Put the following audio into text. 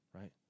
right